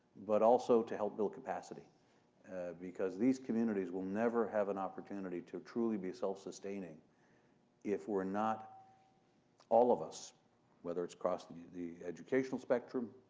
but also to help build capacity because these communities will never have an opportunity to truly be self-sustaining if we're not all of us whether it's across the the educational spectrum